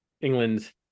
England